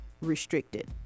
restricted